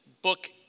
book